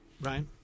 right